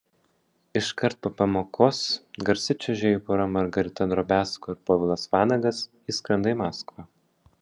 iškart po pamokos garsi čiuožėjų pora margarita drobiazko ir povilas vanagas išskrenda į maskvą